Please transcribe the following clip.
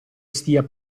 stia